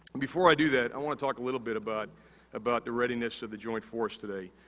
before i do that, i wanna talk a little bit about about the readiness of the joint force today.